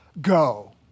Go